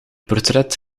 portret